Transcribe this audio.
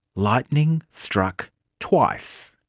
lighting struck twice.